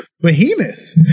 behemoth